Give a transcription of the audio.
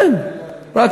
כן, כן.